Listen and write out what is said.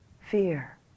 fear